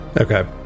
Okay